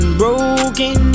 broken